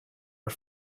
are